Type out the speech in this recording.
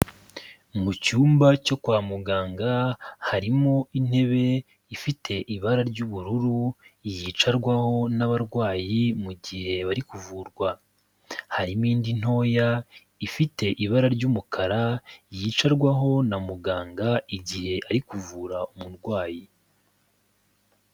Mu cyumba cyo kwa muganga, harimo intebe ifite ibara ry'ubururu yicarwaho n'abarwayi mu gihe bari kuvurwa, harimo indi ntoya ifite ibara ry'umukara yicarwaho na muganga igihe ari kuvura umurwayi.